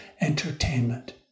entertainment